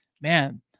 man